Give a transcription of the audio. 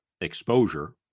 exposure